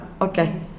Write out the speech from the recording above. Okay